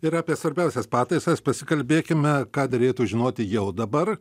ir apie svarbiausias pataisas pasikalbėkime ką derėtų žinoti jau dabar